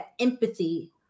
empathy